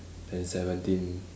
then seventeen